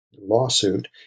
lawsuit